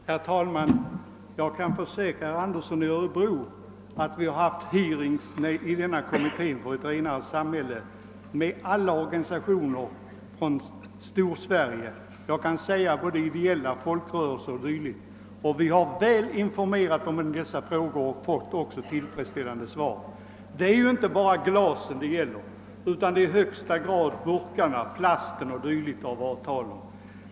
Herr talman! Jag kan försäkra herr Andersson i Örebro att vi inom Kommitten för ett renare samhälle har haft hearings med företrädare både för ideella organisationer och för folkrörelser m.fl. från hela Sverige. Vi har informerat om dessa frågor och även fått tillfredsställande svar. Det är ju inte bara glasen det gäller utan i minst lika hög grad burkarna, plasten osv.